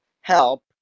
help